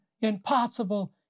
impossible